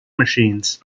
machines